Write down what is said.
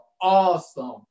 awesome